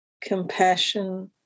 Compassion